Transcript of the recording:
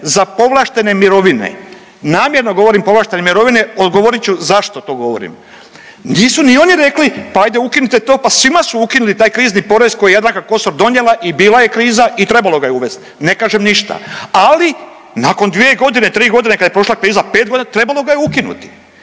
za povlaštene mirovine. Namjerno govorim povlaštene mirovine odgovorit ću zašto to govorim. Nisu ni oni rekli pa ajde ukinite to, pa svima su ukinuli taj krizni porez koji je Jadranka Kosor donijela i bila je kriza i trebalo ga je uvesti. Ne kažem ništa, ali nakon 2 godine, 3 godine kad je prošla kriza, 5 godina trebalo ga je ukinuti.